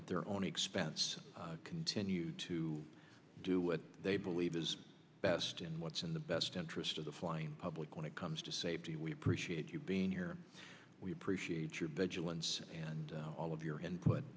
have their own expense continue to do what they believe is best in what's in the best interest of the flying public when it comes to safety we appreciate you being here we appreciate your ben jealous and all of your input